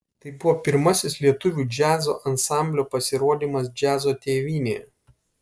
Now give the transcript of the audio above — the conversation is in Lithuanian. tai buvo pirmasis lietuvių džiazo ansamblio pasirodymas džiazo tėvynėje